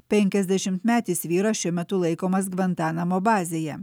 penkiasdešimtmetis vyras šiuo metu laikomas gvantanamo bazėje